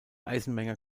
eisenmenger